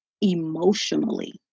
emotionally